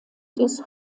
des